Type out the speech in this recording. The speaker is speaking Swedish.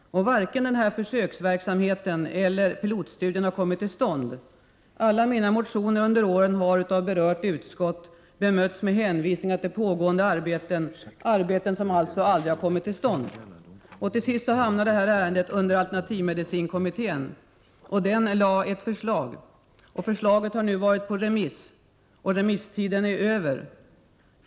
Varken försöksverksamheten eller pilotstudien har kommit till stånd. Alla mina motioner har av berört utskott under åren bemötts med hänvisningar till pågående arbeten. Dessa arbeten har aldrig kommit till stånd. Till sist hamnade detta ärende under alternativmedicinkommittén som framlade ett förslag. Detta förslag har nu varit ute på remiss, och remisstiden har gått ut.